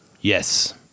Yes